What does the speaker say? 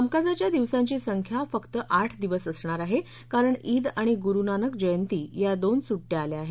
कामकाजाच्या दिवसांची संख्या फक्त आठ दिवस असणार आहे कारण ईद आणि गुरुनानक जयंती या दोन सुट्ट्या आल्या आहेत